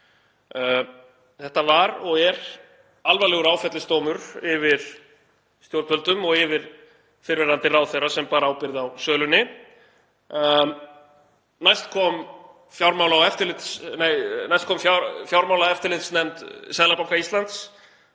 Þetta var og er alvarlegur áfellisdómur yfir stjórnvöldum og yfir fyrrverandi ráðherra sem bar ábyrgð á sölunni. Næst kom fjármálaeftirlitsnefnd Seðlabanka Íslands